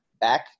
back